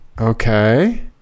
Okay